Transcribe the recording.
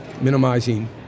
minimizing